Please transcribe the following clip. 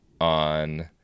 on